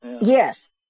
yes